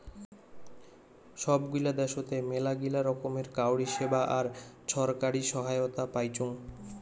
সব গিলা দ্যাশোতে মেলাগিলা রকমের কাউরী সেবা আর ছরকারি সহায়তা পাইচুং